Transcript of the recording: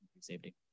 safety